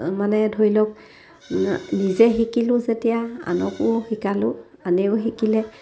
মানে ধৰি লওক নিজে শিকিলোঁ যেতিয়া আনকো শিকালোঁ আনেও শিকিলে